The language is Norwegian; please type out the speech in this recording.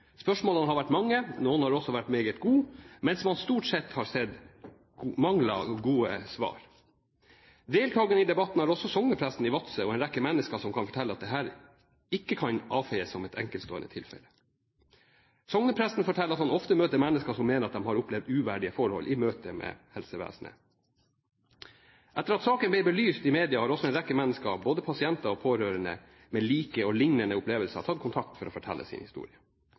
Spørsmålene har vært mange – noen har også vært meget gode – mens man stort sett har manglet gode svar. Deltagere i debatten har også vært sognepresten i Vadsø og en rekke mennesker som kan fortelle at dette ikke kan avfeies som et enkeltstående tilfelle. Sognepresten forteller at han ofte møter mennesker som mener at de har opplevd uverdige forhold i møte med helsevesenet. Etter at saken ble belyst i media, har også en rekke mennesker, både pasienter og pårørende, med like og lignende opplevelser, tatt kontakt for å fortelle sin historie.